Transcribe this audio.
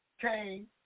came